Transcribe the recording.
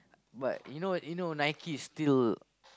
but you know you know Nike is still